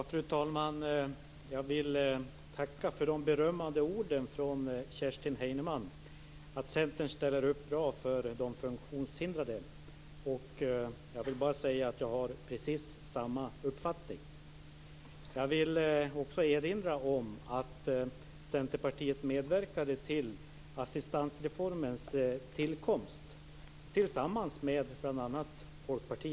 Fru talman! Jag till tacka för de berömmande orden från Kerstin Heinemann att Centern ställer upp bra för de funktionshindrade. Jag har precis samma uppfattning. Jag vill också erinra om att Centerpartiet medverkade till assistansreformens tillkomst tillsammans med bl.a. Folkpartiet.